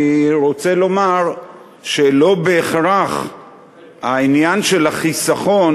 אני רוצה לומר שלא בהכרח העניין של החיסכון,